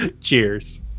Cheers